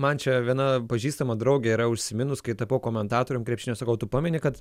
man čia viena pažįstama draugė yra užsiminus kai tapau komentatorium krepšinio sakau tu pameni kad